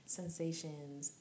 sensations